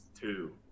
two